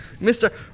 Mr